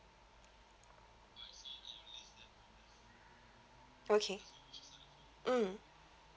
okay mm